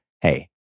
Hey